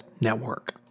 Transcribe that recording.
Network